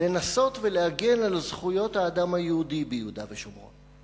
לנסות ולהגן על זכויות האדם היהודי ביהודה ושומרון,